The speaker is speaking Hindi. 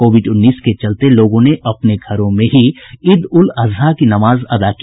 कोविड उन्नीस के चलते लोगों ने अपने घरों में ही ईद उल अजहा की नमाज अदा की